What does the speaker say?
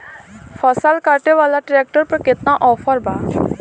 फसल काटे वाला ट्रैक्टर पर केतना ऑफर बा?